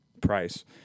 price